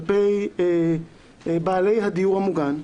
כלפי בעלי הדיור המוגן.